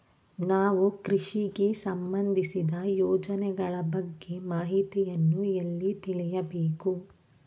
ನಾವು ಕೃಷಿಗೆ ಸಂಬಂದಿಸಿದ ಯೋಜನೆಗಳ ಬಗ್ಗೆ ಮಾಹಿತಿಯನ್ನು ಎಲ್ಲಿ ತಿಳಿಯಬೇಕು?